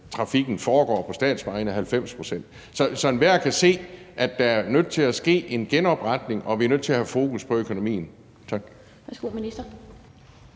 trafikken foregår på statsvejene. Så enhver kan se, at der er nødt til at ske en genopretning, og at vi er nødt til at have fokus på økonomien. Tak.